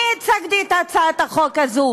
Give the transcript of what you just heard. אני הצגתי את הצעת החוק הזאת